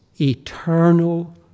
eternal